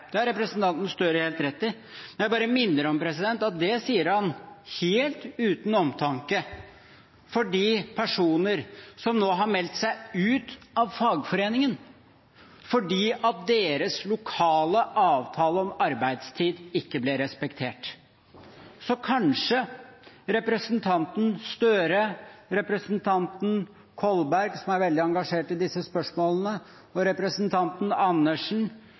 sier han helt uten omtanke for de personer som nå har meldt seg ut av fagforeningen fordi deres lokale avtale om arbeidstid ikke ble respektert. Så kanskje representanten Gahr Støre, representanten Kolberg – som er veldig engasjert i disse spørsmålene – og representanten Andersen